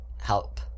help